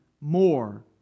more